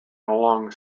along